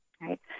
right